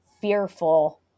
fearful